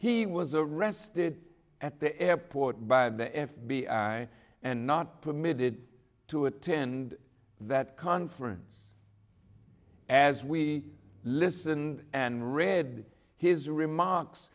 he was arrested at the airport by the f b i and not permitted to attend that conference as we listen and read his remarks